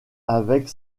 avec